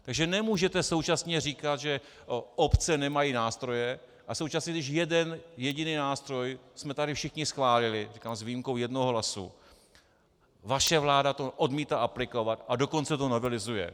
Takže nemůžete současně říkat, že obce nemají nástroje, a současně když jeden jediný nástroj jsme tady všichni schválili, s výjimkou jednoho hlasu, vaše vláda to odmítá aplikovat a dokonce to novelizuje!